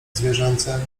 zwierzęce